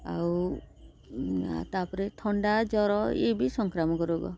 ଆଉ ତାପରେ ଥଣ୍ଡା ଜ୍ୱର ଏ ବି ସଂକ୍ରାମକ କର